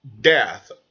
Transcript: death